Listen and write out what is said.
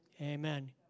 Amen